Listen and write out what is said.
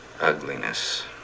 ugliness